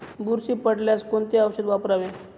बुरशी पडल्यास कोणते औषध वापरावे?